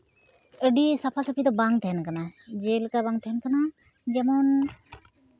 ᱟᱹᱰᱤ ᱥᱟᱯᱷᱟ ᱥᱟᱹᱯᱷᱤ ᱫᱚ ᱵᱟᱝ ᱛᱟᱦᱮᱱ ᱠᱟᱱᱟ ᱡᱮᱞᱮᱠᱟ ᱵᱟᱝ ᱛᱟᱦᱮᱱ ᱠᱟᱱᱟ ᱡᱮᱢᱚᱱ